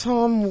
Tom